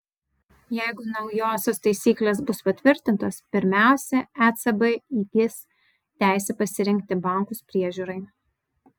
jeigu naujosios taisyklės bus patvirtintos pirmiausia ecb įgis teisę pasirinkti bankus priežiūrai